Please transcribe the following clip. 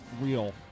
Real